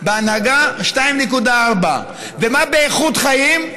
בהנהגה 2.4. ומה באיכות חיים,